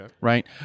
right